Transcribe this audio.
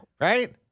Right